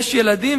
יש ילדים,